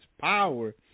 power